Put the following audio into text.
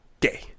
gay